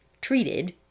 treated